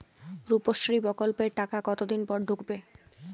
রুপশ্রী প্রকল্পের টাকা কতদিন পর ঢুকবে?